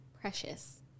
precious